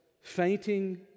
fainting